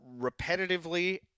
repetitively